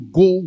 go